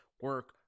Work